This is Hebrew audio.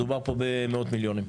מדובר פה במאות מיליונים.